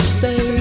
say